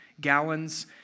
gallons